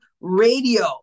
radio